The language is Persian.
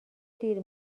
دیر